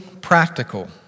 practical